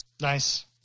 nice